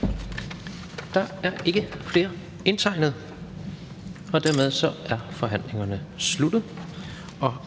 korte bemærkninger, og dermed er forhandlingerne sluttet.